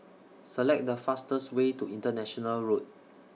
Select The fastest Way to International Road